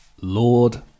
Lord